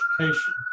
Education